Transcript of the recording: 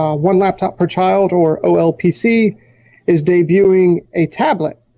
one laptop per child or olpc is debuting a tablet.